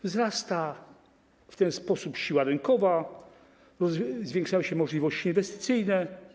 Wzrasta w ten sposób siła rynkowa, zwiększają się możliwości inwestycyjne.